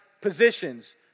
positions